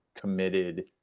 committed